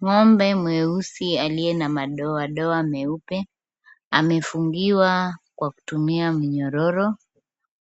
Ng'ombe mweusi aliye na mandoandoa meupe, amefungiwa kwa kutumia minyororo.